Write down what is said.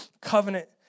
covenant